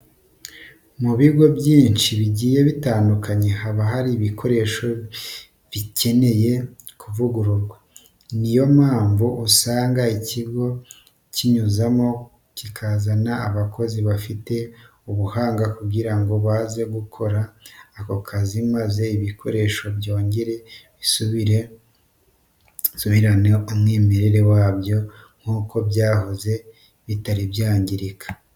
Mu bigo byinshi bigiye bitandukanye haba hari ibikoresho bikeneye kuvugururwa, ni yo mpamvu usanga ikigo kinyuzamo kikazana abakozi bafite ubuhanga kugira ngo baze gukora ako kazi maze ibikoresho byongere bisubirane umwimerere wabyo nk'uko byahoze bitari byangirika.